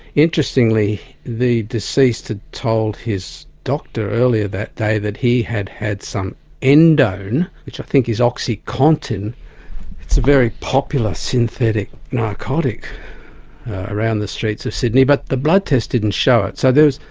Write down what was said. interestingly the deceased had told his doctor earlier that day that he had had some endone, which i think is oxycontin, it's a very popular synthetic narcotic around the streets of sydney, but the blood test didn't show it. so there was,